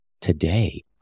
today